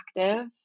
active